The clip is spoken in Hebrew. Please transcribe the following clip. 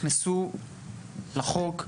נכנסו לחוק?